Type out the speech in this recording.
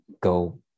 go